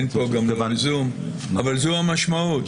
אין פה, גם לא בזום, אבל זו המשמעות.